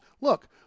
look